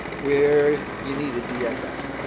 where you needed dfs.